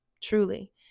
truly